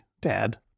dad